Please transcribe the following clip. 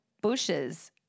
bushes